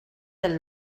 del